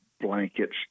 blankets